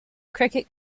cricket